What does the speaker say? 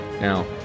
now